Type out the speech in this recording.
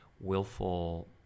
willful